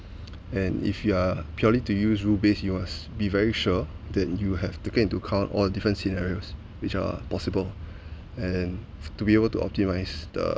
and if you are purely to use rule based you're be very sure that you have taken into count all different scenarios which are possible and to be able to optimize the